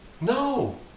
no